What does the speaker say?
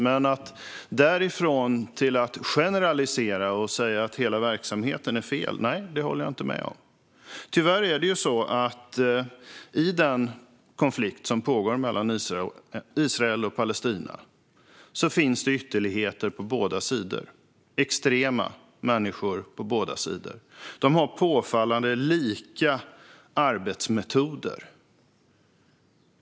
Men därifrån till att generalisera och säga att hela verksamheten är fel, nej, det håller jag inte med om. Tyvärr finns det ytterligheter på båda sidor i den konflikt som pågår mellan Israel och Palestina. Det finns extrema människor på båda sidor, och de har påfallande lika arbetsmetoder.